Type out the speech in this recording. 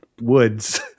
woods